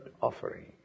offering